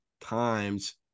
times